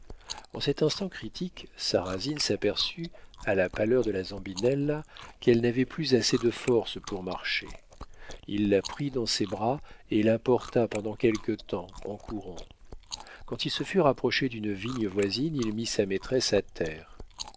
en cet instant critique sarrasine s'aperçut à la pâleur de la zambinella qu'elle n'avait plus assez de force pour marcher il la prit dans ses bras et la porta pendant quelque temps en courant quand il se fut rapproché d'une vigne voisine il mit sa maîtresse à terre